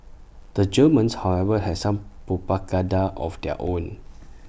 the Germans however had some propaganda of their own